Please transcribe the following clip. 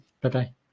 Bye-bye